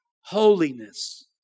holiness